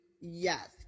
yes